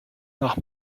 nach